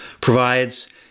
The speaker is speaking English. provides